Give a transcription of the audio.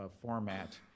format